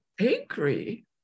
angry